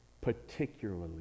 particularly